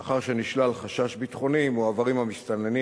לאחר שנשלל חשש ביטחוני מועברים המסתננים